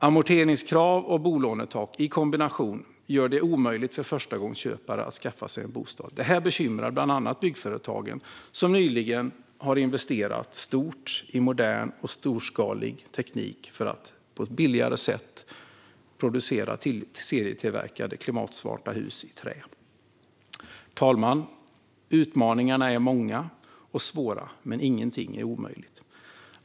Amorteringskrav och bolånetak i kombination gör det omöjligt för förstagångsköpare att skaffa sig en bostad. Det bekymrar bland annat byggföretagen, som nyligen har investerat stort i modern och storskalig teknik för att på ett billigare sätt producera serietillverkade klimatsmarta hus i trä. Herr talman! Utmaningarna är många och svåra, men ingenting är omöjligt.